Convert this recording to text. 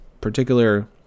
particular